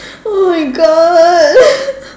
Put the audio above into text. oh my God